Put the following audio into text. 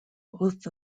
both